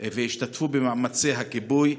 והשתתפו במאמצי הכיבוי,